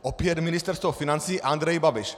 Opět Ministerstvo financí Andrej Babiš.